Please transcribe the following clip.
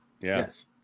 yes